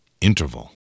Interval